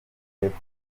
y’epfo